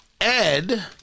Ed